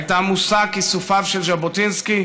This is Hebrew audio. שהייתה מושא כיסופיו של ז'בוטינסקי,